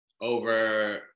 over